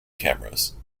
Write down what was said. cameras